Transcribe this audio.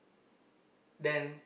then